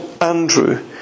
Andrew